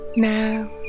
Now